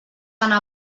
anar